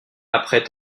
après